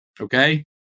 okay